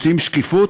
רוצים שקיפות?